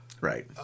Right